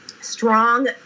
strong